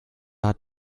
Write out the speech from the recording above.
hat